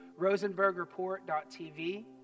RosenbergReport.tv